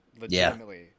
legitimately